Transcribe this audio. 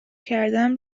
کردم